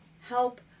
help